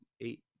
eight